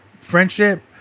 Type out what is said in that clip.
friendship